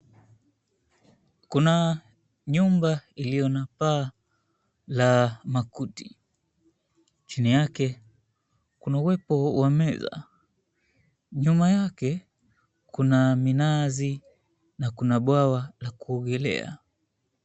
Kuna nyumba iliyo na paa la makuti. Chini yake kuna uwepo wa meza. Nyuma yake kuna minazi na kuna bwawa la kuogelea.